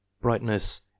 Brightness